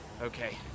Okay